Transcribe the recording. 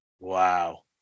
Wow